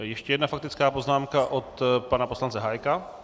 Ještě jedna faktická poznámka od pana poslance Hájka.